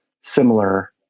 similar